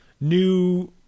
new